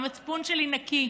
המצפון שלי נקי.